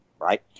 right